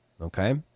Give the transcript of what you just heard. Okay